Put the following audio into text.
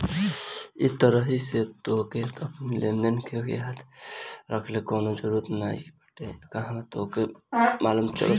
इ तरही से तोहके अपनी लेनदेन के याद रखला के कवनो जरुरत नाइ बाटे इहवा तोहके सब मालुम चल जाई